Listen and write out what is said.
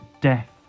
Death